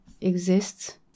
exists